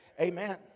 Amen